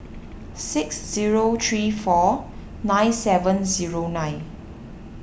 six zero three four nine seven zero nine